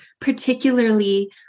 particularly